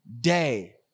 day